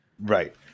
Right